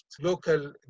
local